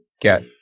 get